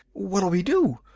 what'll we do?